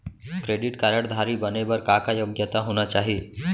Credit card धारी बने बर का का योग्यता होना चाही?